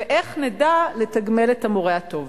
ואיך נדע לתגמל את המורה הטוב.